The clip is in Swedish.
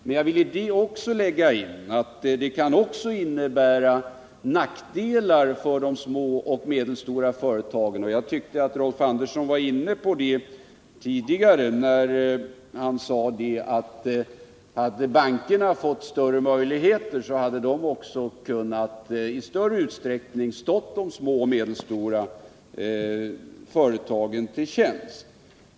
Men det kan också innebära nackdelar för de små och medelstora företagen, och jag tyckte att Rolf Andersson var inne på det när han sade att om bankerna hade fått bättre möjligheter hade de i större utsträckning kunnat stå de små och medelstora företagen till tjänst.